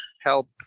help